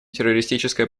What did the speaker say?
террористическое